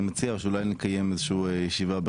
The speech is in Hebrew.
אני מציע שאולי נקיים איזה שהיא ישיבה,